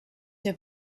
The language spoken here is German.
wir